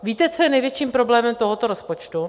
Víte, co je největším problémem tohoto rozpočtu?